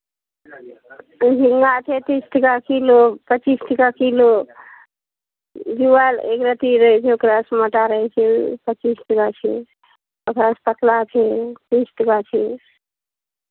झिङ्गा छै तीस टाका किलो पच्चीस टाका किलो जुआयल एक रत्ती रहै छै ओकरासँ मोटा रहै छै पच्चीस टाका छै ओकरासँ पतला छै तीस टाका छै